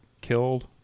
killed